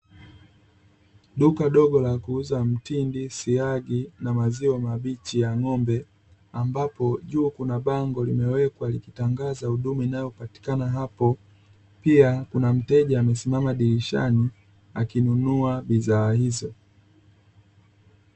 Duka dogo la kuuza mtindi, siagi na maziwa mabichi ya ng'ombe, ambapo juu kuna bango limewekwa likitangaza huduma inayopatikana hapo, pia kuna mteja amesimama dirishani akinunua bidhaa hizo.